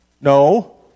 no